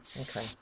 Okay